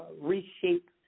reshape